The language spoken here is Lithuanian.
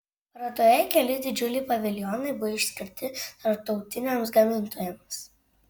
parodoje keli didžiuliai paviljonai buvo išskirti tarptautiniams gamintojams